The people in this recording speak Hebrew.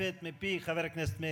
הכנסת.